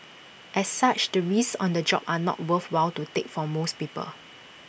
as such the risks on the job are not worthwhile to take for most people